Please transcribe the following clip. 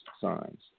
signs